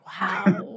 Wow